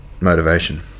motivation